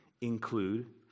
include